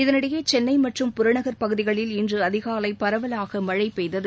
இதனிடையே சென்னை மற்றும் புறநகர்ப் பகுதிகளில் இன்று அதிகாலை பரவலாக கனமழை பெய்தது